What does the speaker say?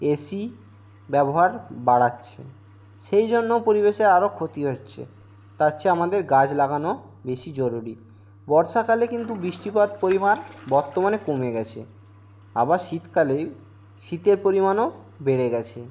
AC ব্যবহার বাড়াচ্ছে সেই জন্য পরিবেশে আরো ক্ষতি হচ্ছে তার চেয়ে আমাদের গাছ লাগানো বেশি জরুরি বর্ষাকালে কিন্তু বৃষ্টিপাত পরিমাণ বর্তমানে কমে গেছে আবার শীতকালে শীতের পরিমাণও বেড়ে গেছে